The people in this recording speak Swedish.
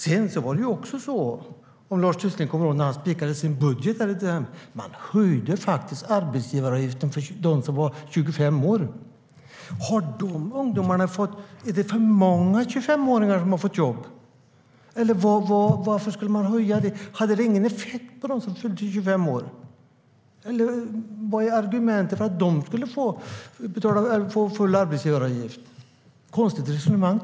Lars Tysklind kanske kommer ihåg att när hans budget spikades höjdes faktiskt arbetsgivaravgifterna för dem som var 25 år. Är det för många 25-åringar som har fått jobb, eller varför höjde man arbetsgivaravgifterna för dem? Hade de ingen effekt på dem som hade fyllt 25 år? Vad är argumentet för att det skulle betalas full arbetsgivaravgift för dem? Jag tycker att det är ett konstigt resonemang.